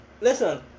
listen